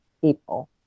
people